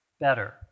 better